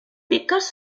piques